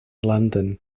london